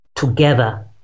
together